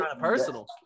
personal